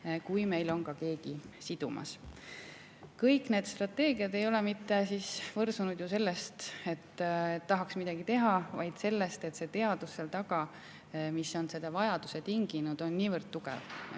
ka [süsinikku] sidumas. Kõik need strateegiad ei ole võrsunud ju mitte sellest, et tahaks midagi teha, vaid sellest, et teadus seal taga, mis on selle vajaduse tinginud, on niivõrd tugev.